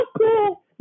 cool